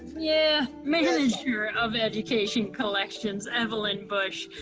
yeah, manager of education collections, evelyn busch.